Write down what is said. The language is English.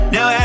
Now